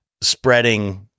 spreading